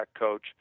coach